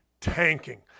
tanking